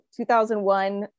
2001